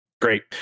great